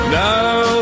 now